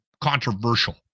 controversial